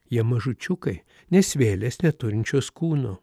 jie mažučiukai nes vėlės neturinčios kūno